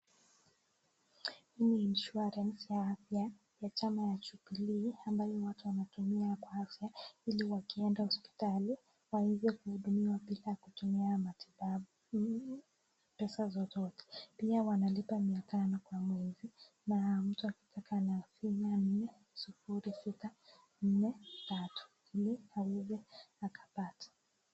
Hii ni (cs)insurance(cs) ya afya ya chama ya jubilee, ambayo watu wanatumia kwa uduma ya afya ili wakienda hosipitali waweze kuhudumia kwa matibabu matibabu pesa zozote pia wanalipa kwa mfano kuna mtu anafinya nini 0643 ili aweze akapate.